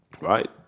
right